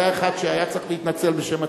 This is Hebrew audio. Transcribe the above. היה אחד שהיה צריך להתנצל בשם עצמו,